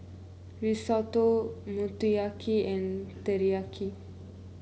Risotto Motoyaki and Teriyaki